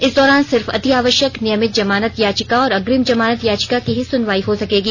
इस दौरान सिर्फ अतिआवश्यक नियमित जमानत याचिका और अग्रिम जमानत याचिका की ही सुनवाई हो सकेगी